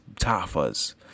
tafas